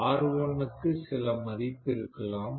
R1 க்கு சில மதிப்பு இருக்கலாம்